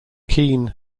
keene